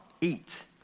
eat